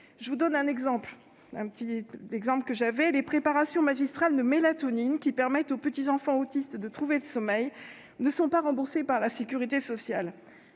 Je vous donne un exemple : les préparations magistrales de mélatonine, qui permettent aux enfants autistes de trouver le sommeil, ne sont pas remboursées par la sécurité sociale.